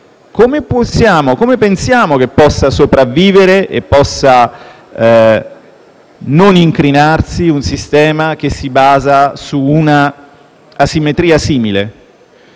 Come pensiamo che possa sopravvivere e possa non incrinarsi un sistema che si basa su una simile